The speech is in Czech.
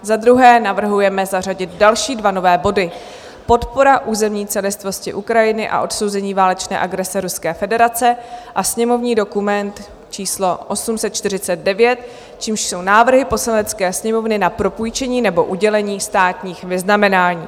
Za druhé navrhujeme zařadit další dva nové body: Podpora územní celistvosti Ukrajiny a odsouzení válečné agrese Ruské federace a sněmovní dokument číslo 849, čímž jsou návrhy Poslanecké sněmovny na propůjčení nebo udělení státních vyznamenání.